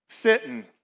Sitting